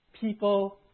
people